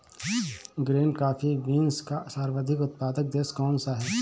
Green coffee beans का सर्वाधिक उत्पादक देश कौन सा है?